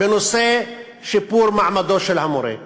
בנושא שיפור מעמדו של המורה.